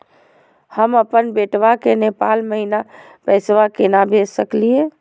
हम अपन बेटवा के नेपाल महिना पैसवा केना भेज सकली हे?